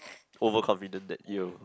over confident that you